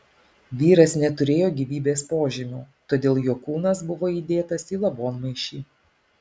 vyras neturėjo gyvybės požymių todėl jo kūnas buvo įdėtas į lavonmaišį